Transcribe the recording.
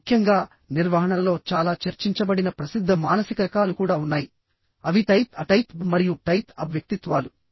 ముఖ్యంగా నిర్వహణలో చాలా చర్చించబడిన ప్రసిద్ధ మానసిక రకాలు కూడా ఉన్నాయి అవి టైప్ A టైప్ B మరియు టైప్ AB వ్యక్తిత్వాలు